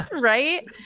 right